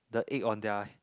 the egg on their